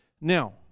now